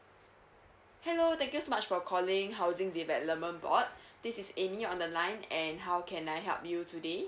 hello thank you so much for calling housing development board this is amy on the line and how can I help you today